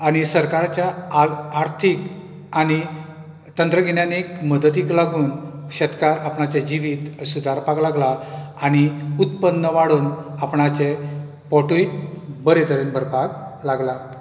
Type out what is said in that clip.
आनी सरकाराच्या आ आर्थीक आनी तंत्रगिन्यानीक मदतीक लागून शेतकार आपणाचे जिवीत सुदारपाक लागला आनी उत्पन्न वाडोवन आपणाचे पोटूय बरें तरेन भरपाक लागला